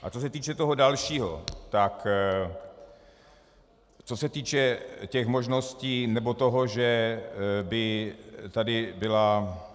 A co se týče toho dalšího, tak co se týče možností nebo toho, že by tady byla...